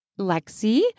Lexi